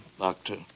doctor